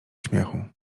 śmiechu